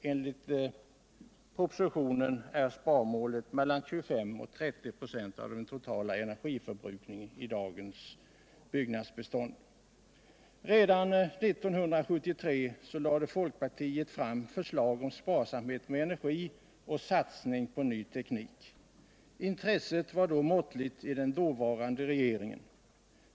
Enligt propositionen är sparmålet mellan 25 och 30 25 av den totala energiförbrukningen i dagens byggbestånd. Redan 1973 lade folkpartiet fram förslag om sparsamhet med energi och satsning på ny teknik. Intresset var då måttligt i den dåvarande regeringen.